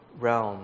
realm